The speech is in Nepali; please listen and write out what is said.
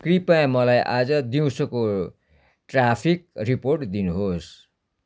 कृपया मलाई आज दिउँसोको ट्राफिक रिपोर्ट दिनुहोस्